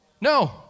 No